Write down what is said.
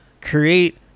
create